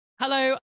Hello